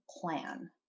plan